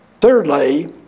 Thirdly